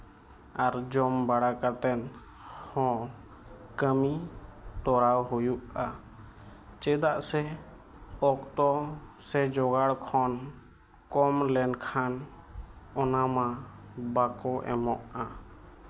ᱟᱨ ᱡᱚᱢ ᱵᱟᱲᱟ ᱠᱟᱛᱮᱫ ᱦᱚᱸ ᱟᱨ ᱠᱟᱹᱢᱤ ᱛᱚᱨᱟᱣ ᱦᱩᱭᱩᱜᱼᱟ ᱪᱮᱫᱟᱜ ᱥᱮ ᱚᱠᱛᱚ ᱥᱮ ᱡᱚᱜᱟᱲ ᱠᱷᱚᱱ ᱠᱚᱢ ᱞᱮᱱᱠᱷᱟᱱ ᱚᱱᱟ ᱢᱟ ᱵᱟᱠᱚ ᱮᱢᱚᱜᱼᱟ